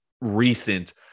recent